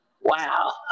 Wow